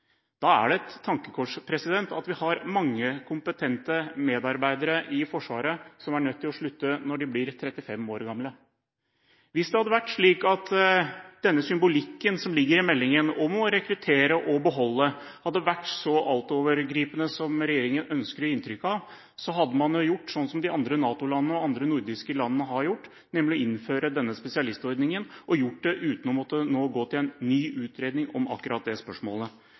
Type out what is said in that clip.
Da er det et tankekors at vi har mange kompetente medarbeidere i Forsvaret som er nødt til å slutte når de blir 35 år. Hvis det hadde vært slik at den symbolikken som ligger i meldingen om å rekruttere og beholde, hadde vært så altovergripende som regjeringen ønsker å gi inntrykk av, hadde man gjort det de andre NATO-landene og de andre nordiske landene har gjort, nemlig å innføre denne spesialistordningen – uten å måtte gå til en ny utredning om akkurat det spørsmålet.